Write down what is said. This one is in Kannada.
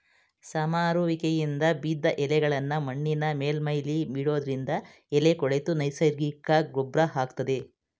ಸಮರುವಿಕೆಯಿಂದ ಬಿದ್ದ್ ಎಲೆಗಳ್ನಾ ಮಣ್ಣಿನ ಮೇಲ್ಮೈಲಿ ಬಿಡೋದ್ರಿಂದ ಎಲೆ ಕೊಳೆತು ನೈಸರ್ಗಿಕ ಗೊಬ್ರ ಆಗ್ತದೆ